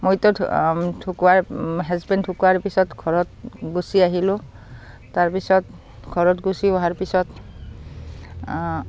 মইতো ঢুকোৱাৰ হেজবেণ্ড ঢুকোৱাৰ পিছত ঘৰত গুচি আহিলোঁ তাৰপিছত ঘৰত গুচি অহাৰ পিছত